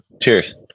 Cheers